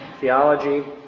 theology